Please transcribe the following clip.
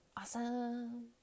awesome